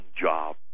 job